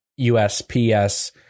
USPS